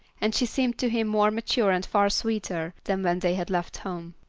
and she seemed to him more mature and far sweeter than when they had left home.